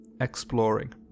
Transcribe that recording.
exploring